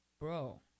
Bro